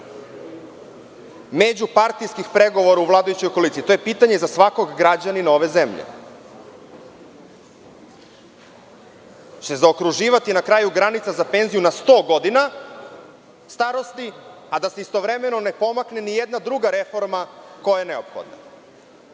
međupartijskih pregovora u vladajućoj koaliciji, to je pitanje za svakog građanina ove zemlje. Hoće li se zaokruživati na kraju granica za penziju na 100 godina starosti, a da se istovremeno ne pomakne ni jedna druga reforma koja je neophodna?